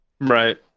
Right